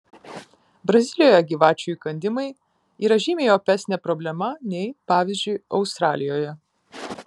brazilijoje gyvačių įkandimai yra žymiai opesnė problema nei pavyzdžiui australijoje